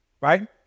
right